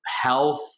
health